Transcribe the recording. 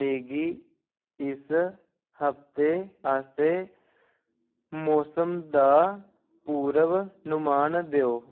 मिगी इस हफ्तै आस्तै मौसम दा पूर्व अनुमान देओ